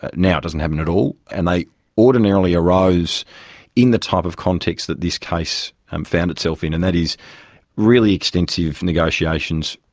ah now it doesn't happen at all. and they ordinarily arose in the type of context that this case and found itself in, and that is really extensive negotiations,